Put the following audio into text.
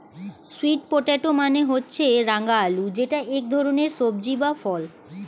sweet potato মানে হচ্ছে রাঙা আলু যেটা এক ধরনের সবজি বা ফল